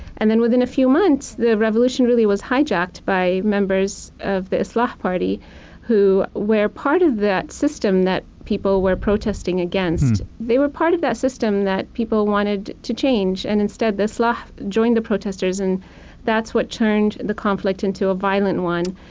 and then within a few months the revolution really was hijacked by members of the islah party who were part of that system that people were protesting against. they were part of that system that people wanted to change. and instead islah joined the protestors, and that's what turned the conflict into a violent one.